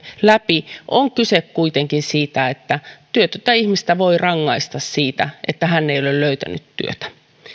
läpi on kyse kuitenkin siitä että työtöntä ihmistä voi rangaista siitä että hän ei ole löytänyt työtä